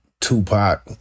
Tupac